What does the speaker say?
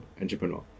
entrepreneur